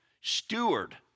steward